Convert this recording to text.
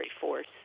force